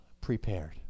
prepared